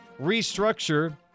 restructure